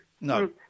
No